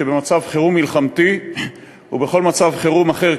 שבמצב חירום מלחמתי ובכל מצב חירום אחר,